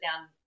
down